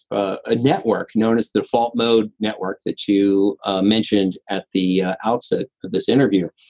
a network, known as the default mode network that you mentioned at the outset of this interview.